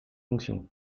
fonction